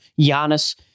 Giannis